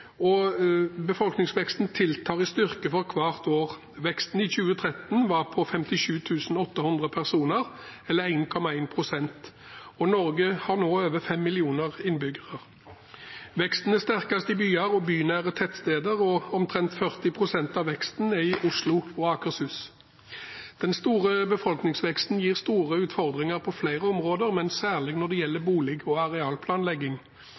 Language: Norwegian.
og befolkningsveksten tiltar i styrke for hvert år. Veksten i 2013 var på 57 800 personer, eller 1,1 pst., og Norge har nå over 5 millioner innbyggere. Veksten er sterkest i byer og bynære tettsteder, og omtrent 40 pst. av veksten er i Oslo og Akershus. Den store befolkningsveksten gir store utfordringer på flere områder, men særlig når det gjelder bolig- og arealplanlegging.